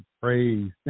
praise